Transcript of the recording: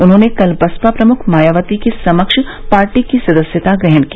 उन्होंने कल बसपा प्रमुख मायावती के समक्ष पार्टी की सदस्यता ग्रहण की